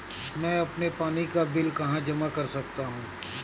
मैं अपने पानी का बिल कहाँ जमा कर सकता हूँ?